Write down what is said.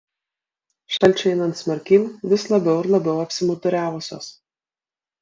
šalčiui einant smarkyn vis labiau ir labiau apsimuturiavusios